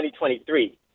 2023